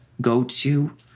go-to